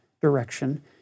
direction